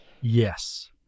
Yes